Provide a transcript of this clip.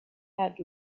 had